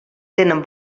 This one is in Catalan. tenen